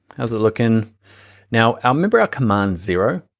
how's it looking? now i'll remember our command zero.